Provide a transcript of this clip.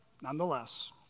nonetheless